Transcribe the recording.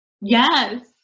Yes